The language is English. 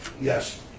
Yes